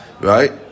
right